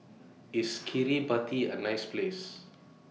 IS Kiribati A nice Place